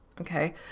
okay